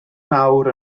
mawr